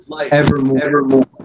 evermore